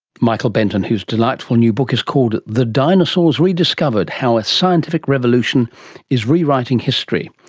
michael benton, whose delightful new book is called the dinosaurs rediscovered how a scientific revolution is rewriting history.